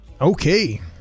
Okay